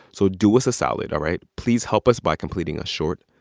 so do us a solid, all right? please help us by completing a short,